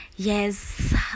Yes